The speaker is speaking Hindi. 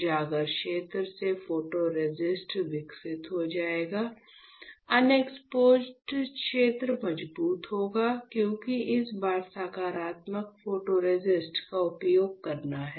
उजागर क्षेत्र से फोटोरेसिस्ट विकसित हो जाएगा अनक्सपोज़्ड क्षेत्र मजबूत होगा क्योंकि इस बार सकारात्मक फोटोरेसिस्ट का उपयोग करना है